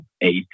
eight